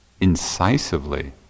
incisively